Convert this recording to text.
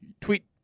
Tweet